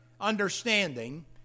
understanding